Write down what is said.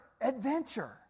adventure